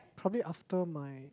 probably after my